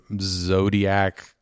zodiac